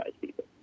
people